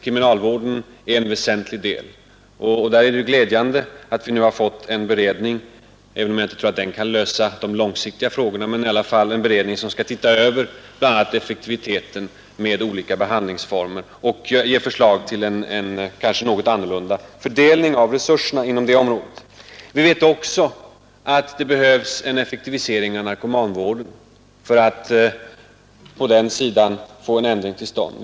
Även kriminalvården spelar stor roll. Därvidlag är det glädjande att vi nu fått en beredning, även om jag inte tror att denna kan lösa de långsiktiga frågorna. Men det är i alla fall en beredning, som skall se över effektiviteten med olika behandlingsformer och avge förslag till en kanske något annorlunda fördelning av resurserna inom detta område. Vi vet också att det behövs en effektivisering av narkomanvården för att få en ändring till stånd.